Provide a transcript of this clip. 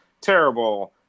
terrible